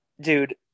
dude